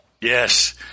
Yes